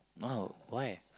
oh why